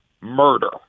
murder